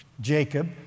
Jacob